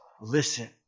listen